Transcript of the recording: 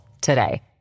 today